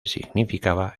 significaba